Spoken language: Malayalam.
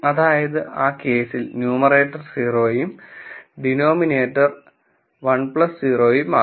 അതായതു ആ കേസിൽ ന്യുമറേറ്റർ 0 യും ഡിനോമിനേറ്റർ 1 0 യും ആകും